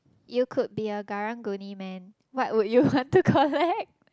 you could be a Karang Guni man what would you want to collect